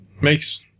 Makes